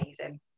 amazing